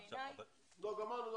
גמרנו.